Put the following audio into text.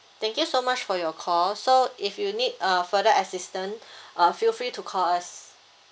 thank you so much for your call so if you need uh further assistant uh feel free to call us